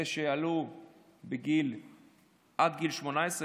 אלה שעלו עד גיל 18,